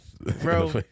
bro